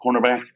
cornerback